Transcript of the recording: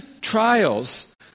trials